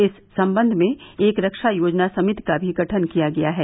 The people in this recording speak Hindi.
इस संबंध में एक रक्षा योजना समिति का भी गठन किया गया है